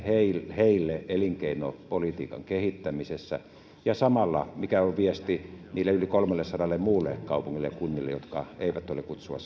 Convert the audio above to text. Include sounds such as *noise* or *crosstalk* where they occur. heille elinkeinopolitiikan kehittämisessä ja samalla mikä on viesti niille yli kolmellesadalle muulle kaupungille ja kunnalle jotka eivät ole kutsua *unintelligible*